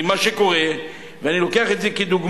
אני לוקח את זה כדוגמה: